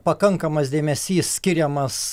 pakankamas dėmesys skiriamas